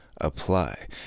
apply